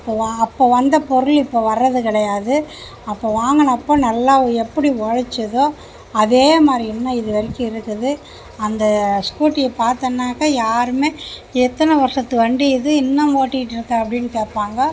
அப்போ வந்து பொருள் இப்போது வர்றது கிடையாது அப்போது வாங்கினப்போ நல்லா எப்படி உழைச்சிதோ அதேமாதிரி இன்னும் இதுவரைக்கும் இருக்குது அந்த ஸ்கூட்டியை பார்த்தனாக்க யாரும் எத்தனை வருஷத்து வண்டி இது இன்னும் ஓட்டிகிட்டு இருக்கே அப்படீனு கேட்பாங்க